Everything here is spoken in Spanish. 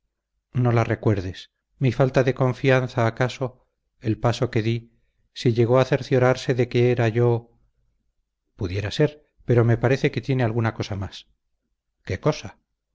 no la recuerdes mi falta de confianza acaso el paso que di si llegó a cerciorarse de que era yo pudiera ser pero me parece que tiene alguna cosa más qué cosa